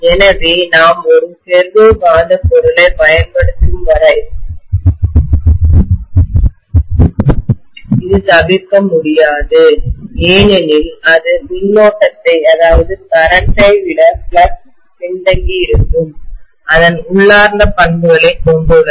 எனவே நாம் ஒரு ஃபெரோ காந்தப் பொருளைப் பயன்படுத்தும் வரை இது தவிர்க்க முடியாதது ஏனெனில் அது மின்னோட்டத்தை கரண்ட்டை விட ஃப்ளக்ஸ் பின்தங்கியிருக்கும் அதன் உள்ளார்ந்த பண்புகளைக் கொண்டுள்ளது